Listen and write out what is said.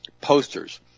posters